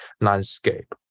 landscape